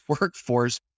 workforce